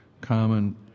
common